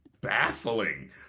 baffling